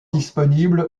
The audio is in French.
disponible